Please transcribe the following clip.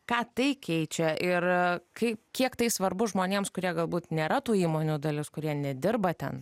ką tai keičia ir kai kiek tai svarbu žmonėms kurie galbūt nėra tų įmonių dalis kurie nedirba ten